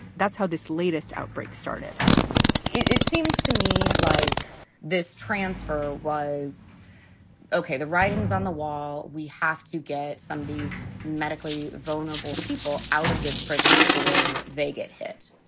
that's how this latest outbreak started it seemed to me like this transfer was ok. the writing's on the wall. we have to get some of these medically vulnerable people out of this prison before they get hit.